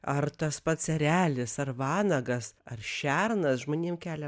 ar tas pats erelis ar vanagas ar šernas žmonėm kelia